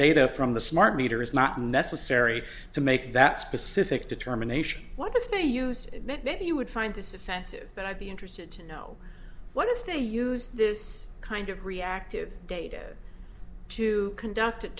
data from the smart meter is not necessary to make that specific determination what if they used it you would find this offensive but i'd be interested to know what if they use this kind of reactive data to conduct